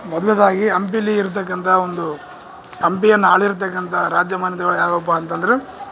ಮೊದ್ಲ್ನೇದಾಗಿ ಹಂಪಿಲಿ ಇರ್ತಕಂಥ ಒಂದು ಹಂಪಿಯನ್ನು ಆಳಿರತಕ್ಕಂಥ ರಾಜ್ಯ ಮನೆತಳ್ಯಾವಪ್ಪ ಅಂತಂದ್ರೆ